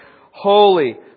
Holy